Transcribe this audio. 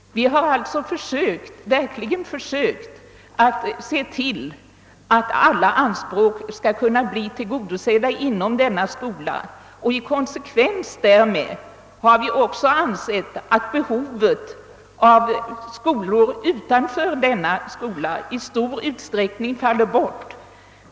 Vi har alltså verkligen försökt se till att alla anspråk skall kunna bli tillgodosedda inom denna skola. I konsekvens därmed har vi också ansett att behovet av skolor utanför denna skola i stor utsträckning faller bort.